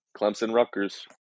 Clemson-Rutgers